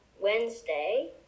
Wednesday